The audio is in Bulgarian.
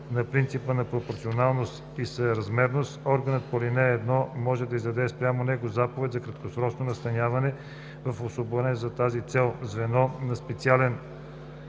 на принципа на пропорционалност и съразмерност, органът по ал. 1 може да издаде спрямо него заповед за краткосрочно настаняване в обособено за тази цел звено на специален